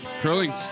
Curling